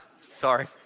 sorry